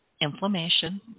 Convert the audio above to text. inflammation